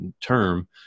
term